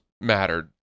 mattered